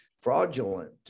fraudulent